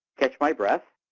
catch my breath.